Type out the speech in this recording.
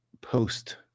Post